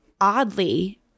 Oddly